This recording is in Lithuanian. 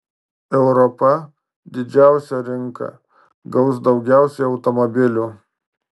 europa didžiausia rinka gaus daugiausiai automobilių